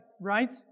right